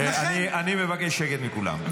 --- אני מבקש שקט מכולם.